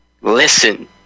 Listen